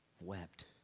wept